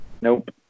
Nope